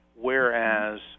Whereas